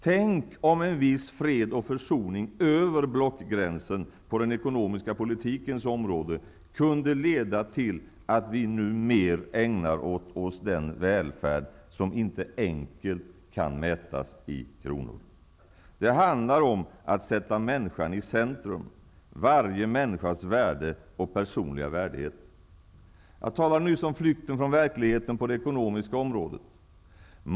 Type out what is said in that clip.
Tänk om en viss fred och försoning över blockgränsen på den ekonomiska politikens område kunde leda till att vi mer ägnar oss åt den välfärd som inte enkelt kan mätas i kronor. Det handlar om att sätta människan i centrum, varje människas värde och personliga värdighet. Jag talade nyss om flykten från verkligheten på det ekonomiska området.